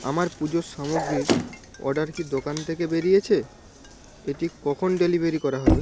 আমার পুজোর সামগ্রীর অর্ডার কি দোকান থেকে বেরিয়েছে এটি কখন ডেলিভারি করা হবে